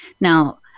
Now